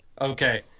Okay